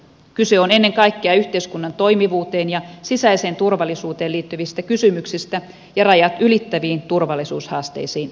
kyse on ennen kaikkea yhteiskunnan toimivuuteen ja sisäiseen turvallisuuteen liittyvistä kysymyksistä ja rajat ylittäviin turvallisuushaasteisiin vastaamisesta